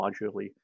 modularly